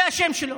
זה השם שלו.